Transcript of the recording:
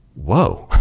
whoa!